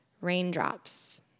raindrops